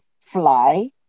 Fly